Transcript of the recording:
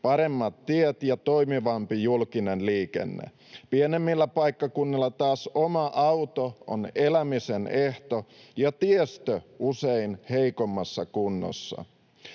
paremmat tiet ja toimivampi julkinen liikenne. Pienemmillä paikkakunnilla taas oma auto on elämisen ehto ja tiestö usein heikommassa kunnossa.